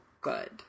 good